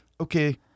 Okay